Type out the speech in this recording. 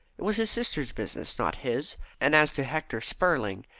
it was his sister's business, not his and as to hector spurling,